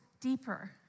deeper